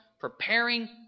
preparing